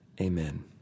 Amen